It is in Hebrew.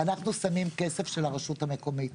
אנחנו שמים כסף של הרשות המקומית.